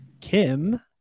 kim